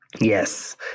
Yes